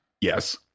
Yes